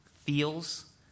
feels